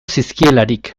zizkielarik